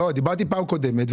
דיברתי בפעם הקודמת.